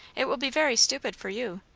it will be very stupid for you.